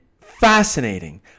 fascinating